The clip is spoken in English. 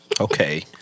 Okay